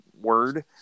word